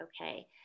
okay